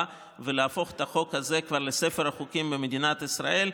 ולהכניס את החוק הזה כבר לספר החוקים של מדינת ישראל.